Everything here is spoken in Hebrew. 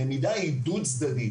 למידה היא דו-צדדית,